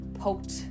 poked